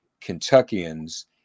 kentuckians